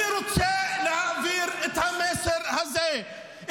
אני רוצה להעביר את המסר הזה,